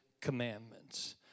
commandments